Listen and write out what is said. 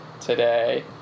today